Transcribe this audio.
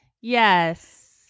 yes